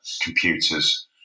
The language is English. computers